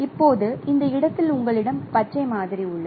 இப்போது இந்த இடத்தில் உங்களிடம் பச்சை மாதிரி உள்ளது